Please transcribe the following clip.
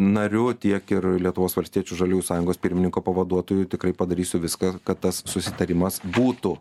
nariu tiek ir lietuvos valstiečių žaliųjų sąjungos pirmininko pavaduotoju tikrai padarysiu viską kad tas susitarimas būtų